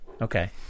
Okay